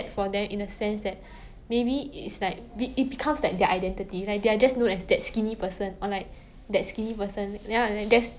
而且你会不会觉得 like 很有一点 like 不道德 it's like okay like honestly obesity is not the like worst health problem